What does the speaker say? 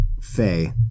Faye